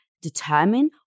determine